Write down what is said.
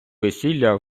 весілля